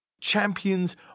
Champions